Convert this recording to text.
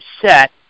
set